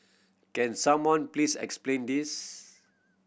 can someone please explain this